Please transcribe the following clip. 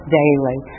daily